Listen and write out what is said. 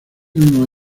mismo